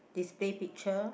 display picture